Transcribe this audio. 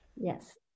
Yes